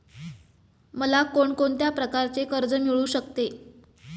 मला कोण कोणत्या प्रकारचे कर्ज मिळू शकते?